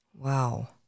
Wow